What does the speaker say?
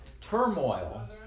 turmoil